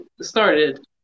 started